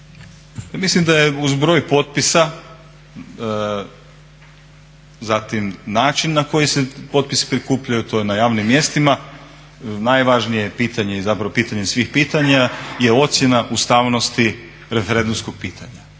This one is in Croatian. Mislim da je uz broj potpisa zatim način na koji se potpisi prikupljaju, to je na javnim mjestima, najvažnije pitanje i zapravo pitanje svih pitanja